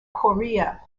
korea